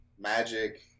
magic